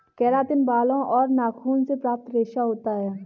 keratin बालों और नाखूनों से प्राप्त रेशा होता है